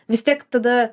vis tiek tada